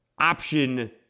option